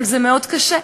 אבל זה מאוד קשה,